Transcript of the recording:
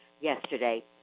yesterday